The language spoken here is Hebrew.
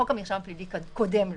חוק המרשם הפלילי קודם לו,